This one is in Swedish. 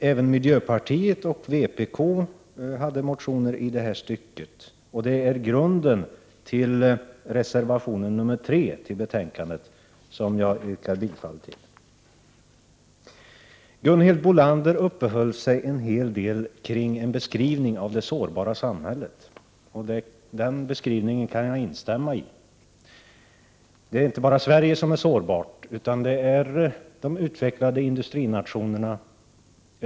Även miljöpartiet och vpk väckte motioner i fråga om detta, vilka ligger till grund för reservation 3 som är fogad till detta betänkande och som jag yrkar bifall till. Gunhild Bolander uppehöll sig en hel del kring en beskrivning av det sårbara samhället. Den beskrivningen kan jag instämma i. Det är inte bara Sverige som är sårbart utan det gäller alla utvecklade industrinationer.